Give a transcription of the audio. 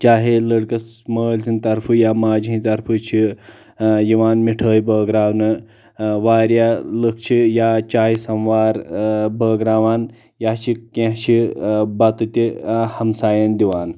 چاہے لڑکس مٲلۍ سٕنٛدِ طرفہٕ یا ماجہِ ہٕنٛدِ طرفہٕ چھ یِوان مِٹھٲے بٲگراونہٕ واریاہ لُکھ چھ یا چاے سموار بٲگراوان یا چھِ کینٛہہ چھِ بتہٕ تہِ ہمساین دِوان